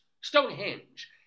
Stonehenge